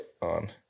on